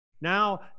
Now